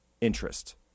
interest